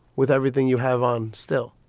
with everything you have on still,